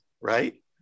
right